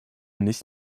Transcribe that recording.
nicht